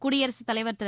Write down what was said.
குடியரசுத்தலைவர் திரு